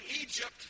Egypt